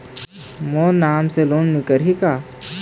मोर नाम से लोन निकारिही का?